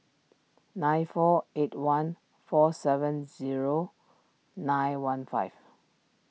nine four eight one four seven zero nine one five